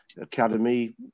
academy